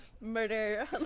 murder